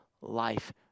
life